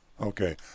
Okay